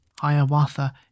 Hiawatha